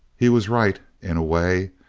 he was right, in a way.